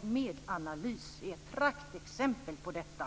Medanalys är ett praktexempel på detta.